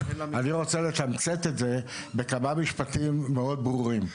אני רוצה לתמצת את זה בכמה משפטים מאוד מאוד ברורים.